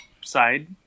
side